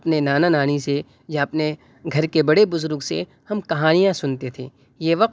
اپنے نانا نانی سے یا اپنے گھر کے بڑے بزرگ سے ہم کہانیاں سنتے تھے یہ وقت